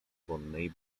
wonnej